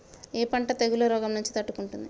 ఏ పంట తెగుళ్ల రోగం నుంచి తట్టుకుంటుంది?